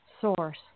source